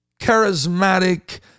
charismatic